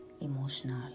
emotional